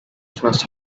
must